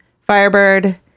Firebird